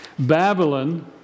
Babylon